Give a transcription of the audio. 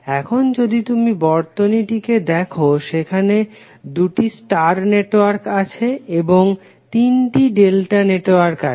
এখন যদি তুমি বর্তনীটিকে দেখো সেখানে দুটি স্টার নেটওয়ার্ক আছে এবং তিনটি ডেল্টা নেটওয়ার্ক আছে